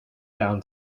down